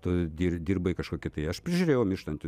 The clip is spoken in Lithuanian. tu di dirbai kažkokį tai aš prižiūrėjau mirštantį